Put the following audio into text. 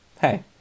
hey